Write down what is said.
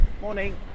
Morning